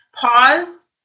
Pause